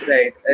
Right